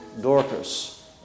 Dorcas